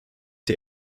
der